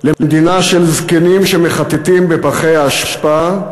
מדינה של זקנים שמחטטים בפחי האשפה.